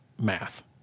math